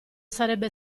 sarebbe